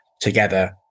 together